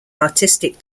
artistic